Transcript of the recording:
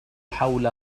حول